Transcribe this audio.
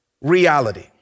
reality